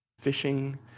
fishing